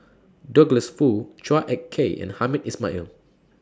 Douglas Foo Chua Ek Kay and Hamed Ismail